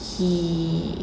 he